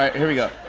ah here we go.